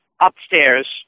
upstairs